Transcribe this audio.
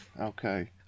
Okay